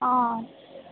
অঁ